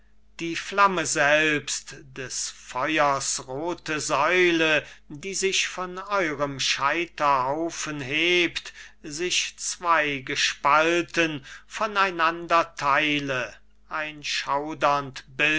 die flamme selbst des feuers rothe säule die sich von eurem scheiterhaufen hebt sich zweigespalten von einander theile ein